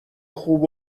خوب